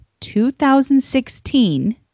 2016